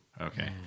Okay